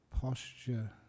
posture